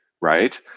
right